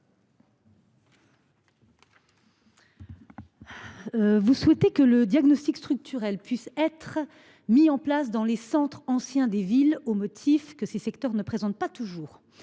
vous souhaitez que le diagnostic structurel puisse être mis en place dans les centres anciens des villes, au motif que ces secteurs, qui ne présentent pas toujours